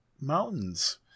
mountains